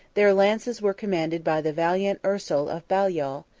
their lances were commanded by the valiant ursel of baliol,